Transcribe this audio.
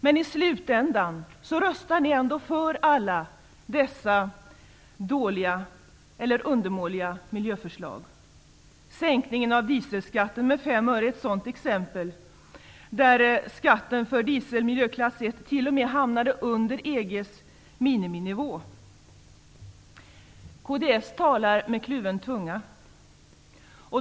Men i slutändan röstar ni ändå för alla dessa dåliga eller undermåliga miljöförslag. Sänkningen av dieselskatten med 5 öre är ett sådant exempel. under EG:s miniminivå. Kds talar med kluven tunga.